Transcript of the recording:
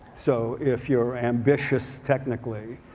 so if you're ambitious technically,